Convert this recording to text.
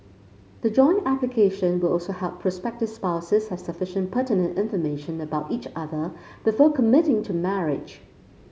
the joint application will also help prospective spouses have sufficient pertinent information about each other before committing to marriage